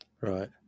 Right